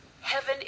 Heaven